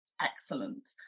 excellent